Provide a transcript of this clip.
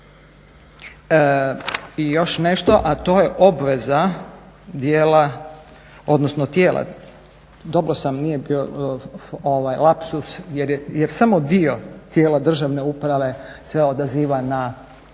I još nešto, a to je obveza dijela odnosno tijela, dobro sam nije bio lapsus jer samo dio tijela državne uprave se odaziva na ta